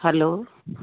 hello